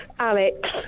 Alex